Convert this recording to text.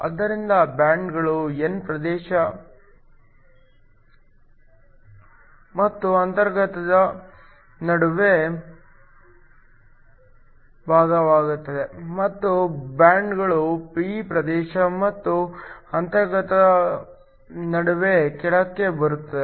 ಆದ್ದರಿಂದ ಬ್ಯಾಂಡ್ಗಳು n ಪ್ರದೇಶ ಮತ್ತು ಅಂತರ್ಗತದ ನಡುವೆ ಬಾಗುತ್ತದೆ ಮತ್ತು ಬ್ಯಾಂಡ್ಗಳು p ಪ್ರದೇಶ ಮತ್ತು ಅಂತರ್ಗತದ ನಡುವೆ ಕೆಳಕ್ಕೆ ಬಾಗಿರುತ್ತವೆ